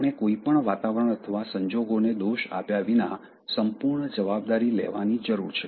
આપણે કોઈપણ વાતાવરણ અથવા સંજોગોને દોષ આપ્યા વિના સંપૂર્ણ જવાબદારી લેવાની જરૂર છે